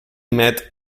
met